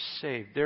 saved